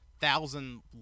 thousand